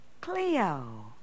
Cleo